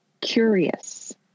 curious